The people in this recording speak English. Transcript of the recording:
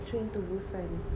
train to busan